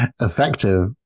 effective